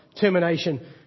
termination